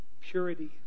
Purity